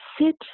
sit